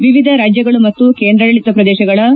ವಿವಿಧ ರಾಜ್ಗಳು ಮತ್ತು ಕೇಂದ್ರಾಡಳಿತ ಶ್ರದೇಶಗಳಿ